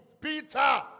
Peter